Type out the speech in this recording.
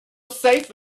safe